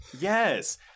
Yes